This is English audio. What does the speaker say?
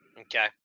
okay